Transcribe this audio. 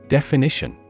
Definition